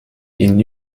ihn